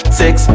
six